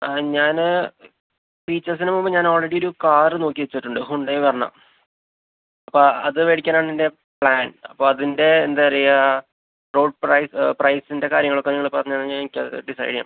ആ ഞാൻ ഫീച്ചേഴ്സിനു മുമ്പ് ഞാൻ ആൾറെഡി ഒരു കാർ നോക്കി വെച്ചിട്ടുണ്ട് ഹുണ്ടായ് വെർണ അപ്പോൾ അത് മേടിക്കാനാണെൻ്റെ പ്ലാൻ അപ്പോൾ അതിൻ്റെ എന്താ പറയുക റോഡ് പ്രൈസ് പ്രൈസിൻ്റെ കാര്യങ്ങളൊക്കെ നിങ്ങൾ പറഞ്ഞു കഴിഞ്ഞാൽ എനിക്കത് ഡിസൈഡ് ചെയ്യാം